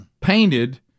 painted